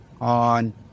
on